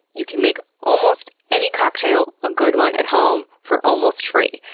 you can make almost any cocktail a good one at home for almost free.